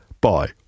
Bye